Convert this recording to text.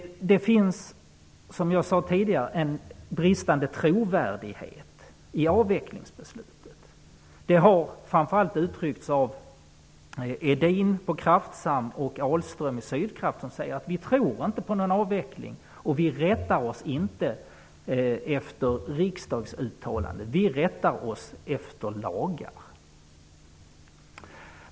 Det finns, som jag sade tidigare, en bristande trovärdighet i avvecklingsbeslutet. Det har framför allt uttryckts av Karl-Axel Edin på Kraftsam Service AB och Göran Ahlström på Sydkraft AB. De säger att de inte tror på någon avveckling och att de inte rättar sig efter riksdagsuttalanden. De säger att de rättar sig efter lagar.